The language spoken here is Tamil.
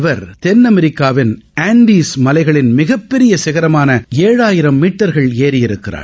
இவர் தெள் அமெரிக்காவின் ஆண்டில் மலைகளின் மிகப்பெரிய சினரமான ஏழாயிரம் மீட்டர்கள் ஏறியிருக்கிறார்